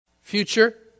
Future